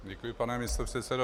Děkuji, pane místopředsedo.